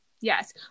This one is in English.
Yes